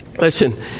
Listen